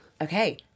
okay